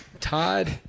Todd